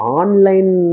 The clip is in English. online